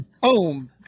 boom